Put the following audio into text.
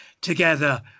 together